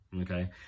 okay